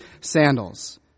sandals